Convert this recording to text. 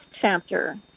chapter